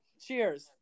Cheers